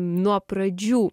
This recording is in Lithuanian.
nuo pradžių